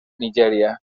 nigèria